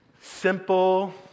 simple